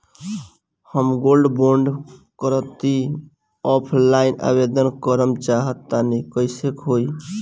हम gold bond करंति offline आवेदन करल चाह तनि कइसे होई?